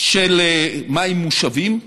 של מים מושבים.